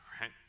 right